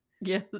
Yes